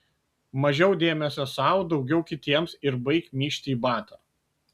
mažiau dėmesio sau daugiau kitiems ir baik myžti į batą